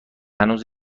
هنوز